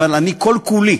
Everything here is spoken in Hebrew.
אבל אני כל כולי,